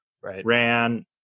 ran